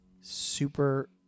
super